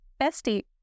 bestie